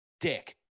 dick